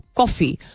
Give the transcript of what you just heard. coffee